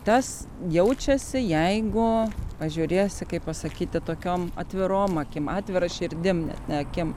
tas jaučiasi jeigu pažiūrėsi kaip pasakyti tokiom atvirom akim atvira širdim net ne akim